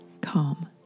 Calm